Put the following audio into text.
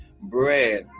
bread